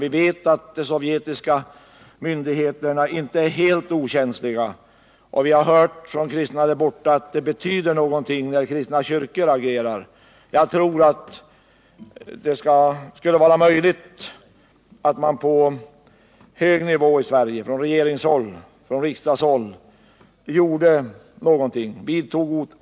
Vi vet att de sovjetiska myndigheterna inte är helt okänsliga, och vi har hört från kristna där borta att det betyder någonting att kristna kyrkor agerar. Jag tror att det är möjligt att på hög nivå i Sverige — från regeringsoch riksdagshåll — vidta åtgärder som får verkan.